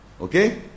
Okay